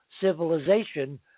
Civilization